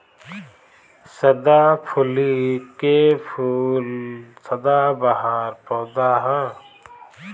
सदाफुली के फूल सदाबहार पौधा ह